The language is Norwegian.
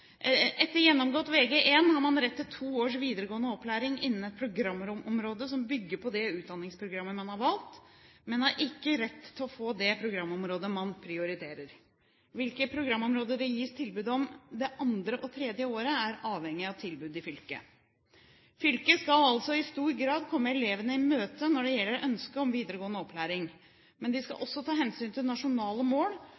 Etter gjennomgått Vg1 har man rett til to års videregående opplæring innen et programområde som bygger på det utdanningsprogrammet man har valgt, men man har ikke rett til å få det programområdet man prioriterer. Hvilke programområder det gis tilbud om det andre og tredje året, er avhengig av tilbudet i fylket. Fylkene skal altså i stor grad komme elevene i møte når det gjelder ønske om videregående opplæring, men de skal